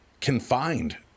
confined